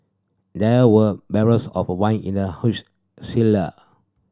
there were barrels of wine in the huge cellar